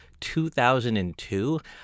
2002